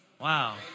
Wow